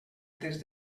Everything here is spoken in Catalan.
des